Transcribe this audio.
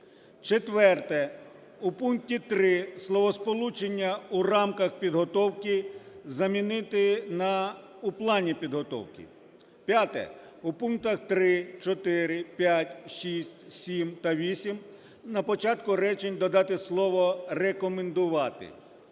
У пункті 3 словосполучення "у рамках підготовки" замінити на "у плані підготовки". П'яте. У пунктах 3, 4 5, 6, 7 та 8 на початку речень додати слово "рекомендувати".